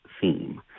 theme